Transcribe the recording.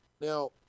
Now